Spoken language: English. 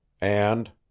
And